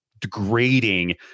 degrading